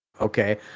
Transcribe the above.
Okay